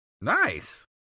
Nice